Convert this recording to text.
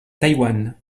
taïwan